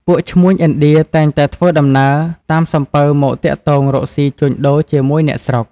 ពួកឈ្មួញឥណ្ឌាតែងតែធ្វើដំណើរតាមសំពៅមកទាក់ទងរកស៊ីជួញដូរជាមួយអ្នកស្រុក។